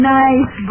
nice